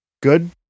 good